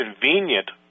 convenient